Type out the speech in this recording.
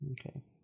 Okay